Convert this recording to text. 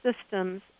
systems